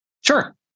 Sure